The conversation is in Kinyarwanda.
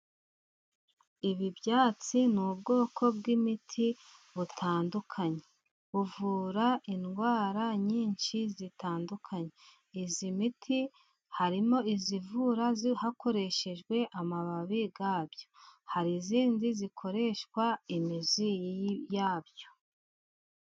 Ibi byatsi ni ubwoko bw'imiti butandukanye. Buvura indwara nyinshi zitandukanye. Iyi miti harimo ivura hakoreshejwe amababi yabyo, hari n'indi ikoreshwa imizi yayo.